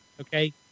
Okay